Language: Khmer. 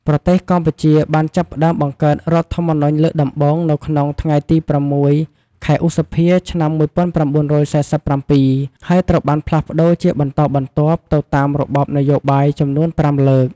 ប្រទេសកម្ពុជា បានចាប់ផ្តើមបង្កើតរដ្ឋធម្មនុញ្ញលើកដំបូងនៅក្នុងថ្ងៃទី ៦ ខែឧសភា ឆ្នាំ ១៩៤៧ ហើយត្រូវបានផ្លាស់ប្តូរជាបន្តបន្ទាប់ទៅតាមរបបនយោបាយចំនួន៥លើក។